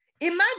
Imagine